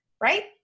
right